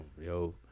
yo